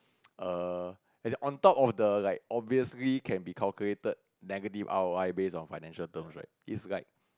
err as in on top of the like obviously can be calculated negative R_O_I based on financial terms right it's like